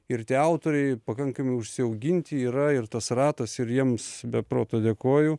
ir tie autoriai pakankamai užsiauginti yra ir tas ratas ir jiems be proto dėkoju